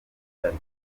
byari